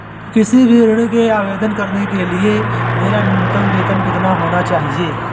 किसी भी ऋण के आवेदन करने के लिए मेरा न्यूनतम वेतन कितना होना चाहिए?